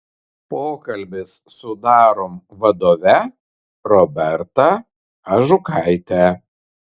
pokalbis su darom vadove roberta ažukaite